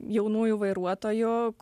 jaunųjų vairuotojų